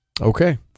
Okay